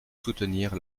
soutenir